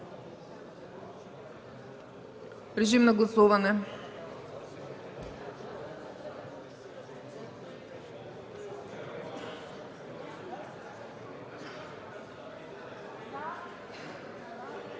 Режим на гласуване.